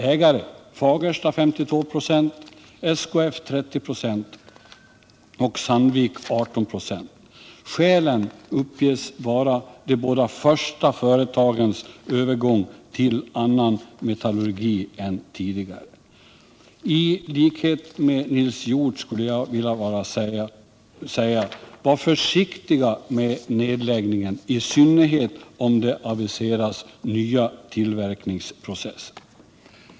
Ägare: Fagersta 52 96, SKF 30 96 och Sandvik 18 96. Skälen uppges vara de båda första företagens övergång till annan metallurgi än tidigare. I likhet med Nils Hjorth skulle jag vilja säga: Var försiktiga med nedläggningar, i synnerhet om det aviseras nya tillverkningsprocesser!